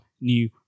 new